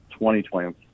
2020